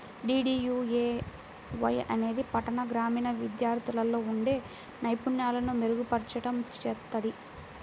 DDUAY అనేది పట్టణ, గ్రామీణ విద్యార్థుల్లో ఉండే నైపుణ్యాలను మెరుగుపర్చడం చేత్తది